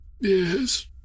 Yes